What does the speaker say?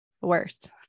Worst